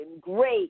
great